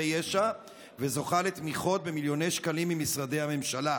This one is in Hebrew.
ישע וזוכה לתמיכות במיליוני שקלים ממשרדי הממשלה.